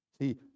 See